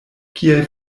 kiel